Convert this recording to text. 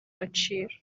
gaciro